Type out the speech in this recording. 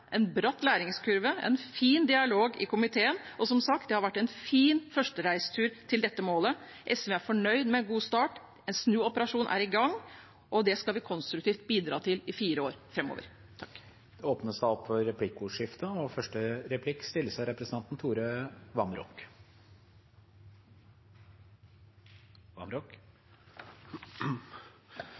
en bratt læringskurve og en fin dialog i komiteen, og som sagt: Det har vært en fin førstereistur til dette målet. SV er fornøyd med en god start, en snuoperasjon er i gang, og det skal vi konstruktivt bidra til i fire år framover. Det blir replikkordskifte. SV har tidligere profilert seg som et kunnskapsparti og